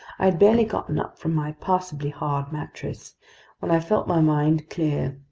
i had barely gotten up from my passably hard mattress when i felt my mind clear,